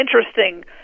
interesting